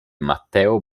matteo